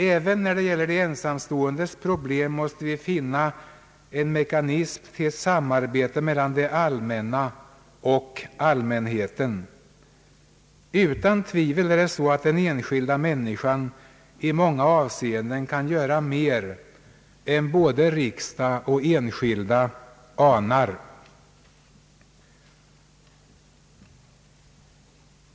Även när det gäller de ensamståendes problem måste vi finna en mekanism till ett samarbete mellan det allmänna och allmänheten. Utan tvivel är det så att den enskilda människan i många avseenden kan göra mer än både riksdag och enskilda anar.